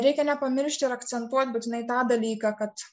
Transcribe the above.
reikia nepamiršti ir akcentuoti būtinai tą dalyką kad